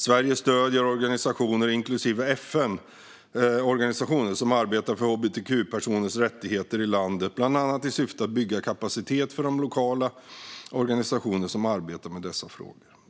Sverige stöder organisationer, inklusive FN-organisationer, som arbetar för hbtq-personers rättigheter i landet bland annat i syfte att bygga kapacitet för de lokala organisationer som arbetar med dessa frågor.